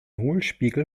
hohlspiegel